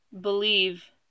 believe